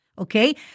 Okay